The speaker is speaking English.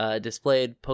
displayed